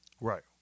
Right